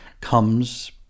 Comes